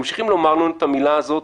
אך ממשיכים לומר לנו את הביטוי הזה,